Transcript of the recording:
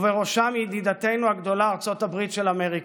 ובראשם ידידתנו הגדולה ארצות הברית של אמריקה,